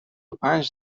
پنج